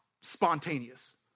spontaneous